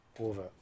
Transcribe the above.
over